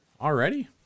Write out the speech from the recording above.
Already